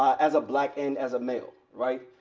as a black and as a male, right?